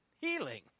healing